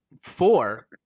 Four